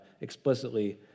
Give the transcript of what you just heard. explicitly